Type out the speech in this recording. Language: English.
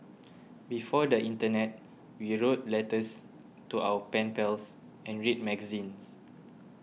before the internet we wrote letters to our pen pals and read magazines